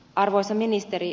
arvoisa ministeri